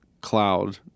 cloud